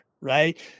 right